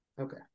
okay